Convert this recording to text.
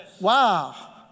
Wow